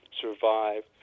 survive